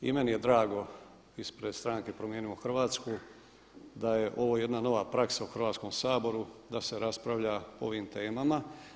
I meni je drago ispred stranke „Promijenimo Hrvatsku“ da je ovo jedna nova praksa u Hrvatskom saboru da se raspravlja o ovim temama.